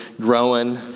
growing